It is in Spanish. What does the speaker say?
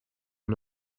una